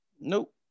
nope